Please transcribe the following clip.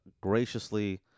graciously